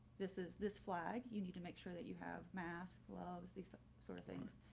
this is this flag, you need to make sure that you have mask gloves, these sort of things.